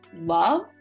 love